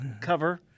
cover